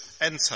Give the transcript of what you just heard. enter